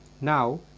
Now